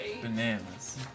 bananas